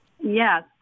Yes